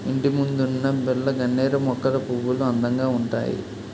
ఇంటిముందున్న బిల్లగన్నేరు మొక్కల పువ్వులు అందంగా ఉంతాయి